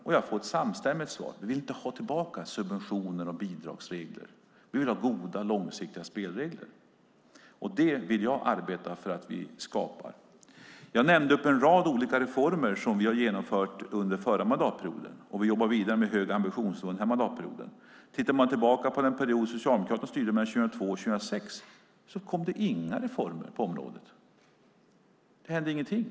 Och jag får ett samstämmigt svar: Vi vill inte ha tillbaka subventioner och bidragsregler. Vi vill ha goda långsiktiga spelregler! Det vill jag arbeta för att skapa. Jag nämnde en rad olika reformer som vi har genomfört under förra mandatperioden, och vi jobbar vidare med hög ambitionsnivå under denna mandatperioden. Om man tittar tillbaka på den period då Socialdemokraterna styrde mellan 2002 och 2006 kom det inga reformer på området. Det hände ingenting.